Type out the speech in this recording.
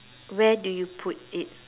where do you put it